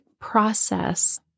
process